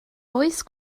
oes